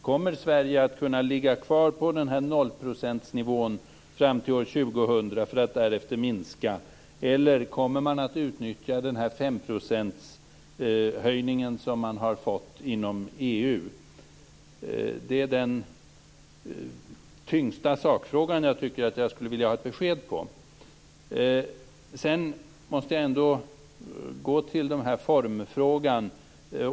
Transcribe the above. Kommer Sverige att kunna ligga kvar på nollprocentsnivån fram till år 2000 för att därefter minska, eller kommer man att utnyttja femprocentshöjningen som man har fått inom EU? Det är den tyngsta sakfrågan, som jag skulle vilja ha ett besked i. Jag måste också gå till formfrågan.